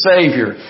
Savior